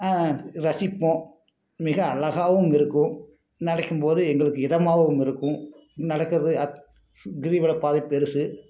ரசிப்போம் மிக அழகாவும் இருக்கும் நடக்கும் போது எங்களுக்கு இதமாகவும் இருக்கும் நடக்கிறது கிரிவல பாதை பெருசு